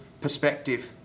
perspective